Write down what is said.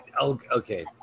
okay